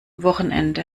wochenende